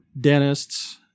dentists